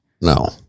No